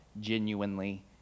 genuinely